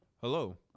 Hello